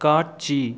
காட்சி